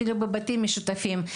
אפילו בבתים משותפים.